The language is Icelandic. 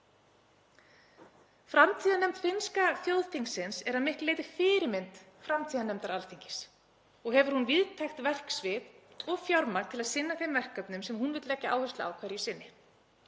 Framtíðarnefnd finnska þjóðþingsins er að miklu leyti fyrirmynd framtíðarnefndar Alþingis og hefur hún víðtækt verksvið og fjármagn til að sinna þeim verkefnum sem hún vill leggja áherslu á hverju sinni.